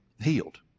healed